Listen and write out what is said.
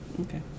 okay